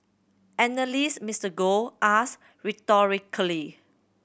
analyst Mister Gold asked rhetorically